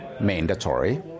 mandatory